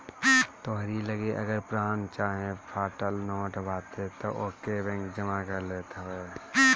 तोहरी लगे अगर पुरान चाहे फाटल नोट बाटे तअ ओके बैंक जमा कर लेत हवे